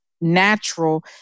natural